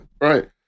Right